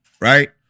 right